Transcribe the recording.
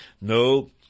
no